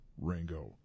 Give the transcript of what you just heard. Ringo